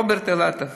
רוברט אילטוב,